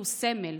הוא סמל.